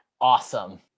Awesome